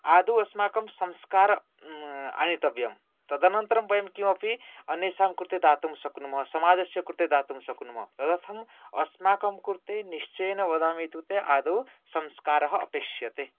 आदौ अस्माकं संस्कार आनेतव्यं तदनन्तरं वयं किमपि अन्येषां कृते दातुं शक्नुमः समाजस्य कृते दातुं शक्नुमः तदर्थम् अस्माकं कृते निश्चयेन वदामि इत्युक्ते आदौ संस्कारः अपेक्ष्यते